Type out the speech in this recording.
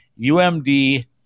UMD